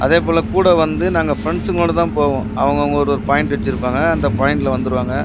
அதேபோல் கூட வந்து நாங்கள் ஃப்ரெண்ஸுங்களோட தான் போவோம் அவங்கவங்க ஒரு ஒரு பாயிண்ட் வச்சுருப்பாங்க அந்த பாயிண்டில் வந்துடுவாங்க